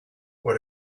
what